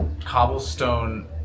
Cobblestone